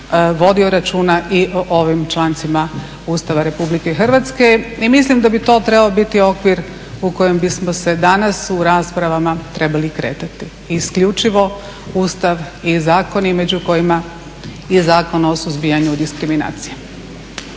vodio računa i o ovim člancima Ustava RH. Mislim da bi to trebao biti okvir u kojem bismo se danas u raspravama trebali kretati. Isključivo Ustav i zakoni među kojima i Zakon o suzbijanju diskriminacije.